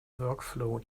workflow